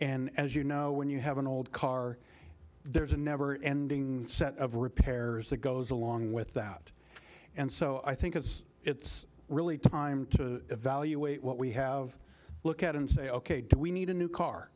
and as you know when you have an old car there's a never ending set of repairs that goes along with that and so i think it's it's really time to evaluate what we have look at and say ok do we need a new car